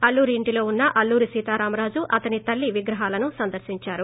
అల్లూరి ఇంటిలో ఉన్న అల్లూరి సీతారామరాజు అతని తల్లి విగ్రహాలను సందర్శిందారు